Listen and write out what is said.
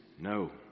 No